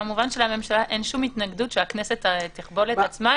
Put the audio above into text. כמובן שלממשלה אין שום התנגדות שהכנסת תכבול את עצמה